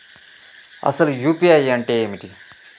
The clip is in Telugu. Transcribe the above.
అసలు యూ.పీ.ఐ అంటే ఏమిటి?